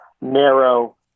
narrow